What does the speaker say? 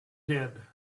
did